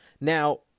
Now